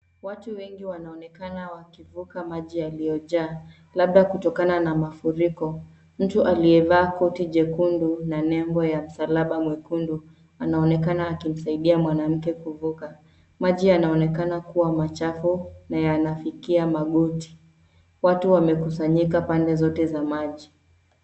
Watu wengi wanaonekana wakivuka maji yaliyojaa, labda kutokana na mafuriko. Mtu aliyevaa koti jekundu na nembo ya msalaba mwekundu anaonekana akimsaidia mwanamke kuvuka. Maji yanaonekana kuwa machafu na yanafikia magoti. Watu wamekusanyika pande zote za maji.